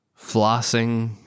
flossing